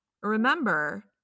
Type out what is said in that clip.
Remember